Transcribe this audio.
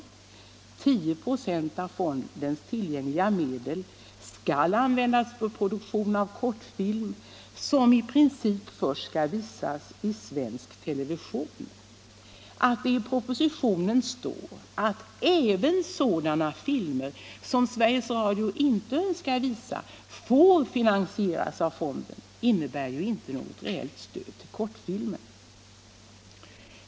10 96 av fondens tillgängliga medel skall användas för produktion av kortfilm som i princip först skall visas i svensk television. Att det i propositionen står att även sådana filmer, som Sveriges Radio inte önskar visa, får finansieras av fonden innebär inte något reellt stöd till kortfilmen.